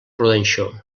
rodanxó